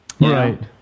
right